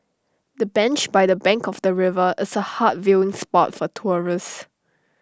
the bench by the bank of the river is A hot viewing spot for tourists